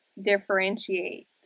differentiate